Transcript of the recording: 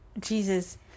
Jesus